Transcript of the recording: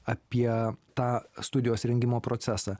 apie tą studijos rengimo procesą